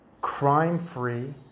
crime-free